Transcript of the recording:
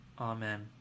Amen